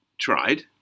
tried